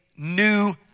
new